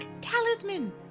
talisman